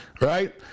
right